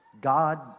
God